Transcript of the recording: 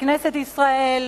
לכנסת ישראל